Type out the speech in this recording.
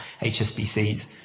HSBCs